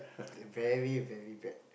very very bad